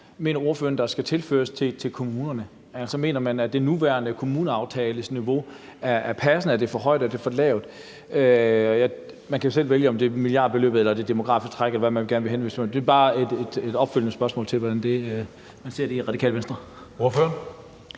mener ordføreren der skal tilføres til kommunerne? Altså, mener man, at det nuværende kommuneaftaleniveau er passende? Er det for højt, er det for lavt? Man kan jo selv vælge, om det er milliardbeløbet eller det demografiske træk, eller hvad man gerne vil henvise til. Det er bare et opfølgende spørgsmål til, hvordan man ser det i Radikale Venstre. Kl.